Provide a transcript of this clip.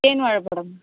தேன் வாழைப்பழம்